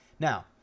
Now